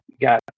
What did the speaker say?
got